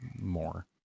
more